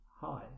Hi